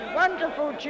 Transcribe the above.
wonderful